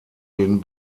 den